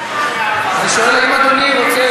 אני שואל האם אדוני רוצה,